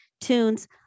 tunes